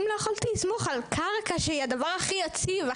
אם לא יכולתי לסמוך על קרקע שהיא הדבר הכי יציב,